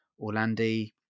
orlandi